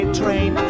train